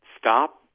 stop